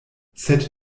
sed